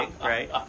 right